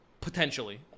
Potentially